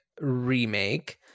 remake